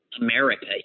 America